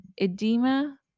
Edema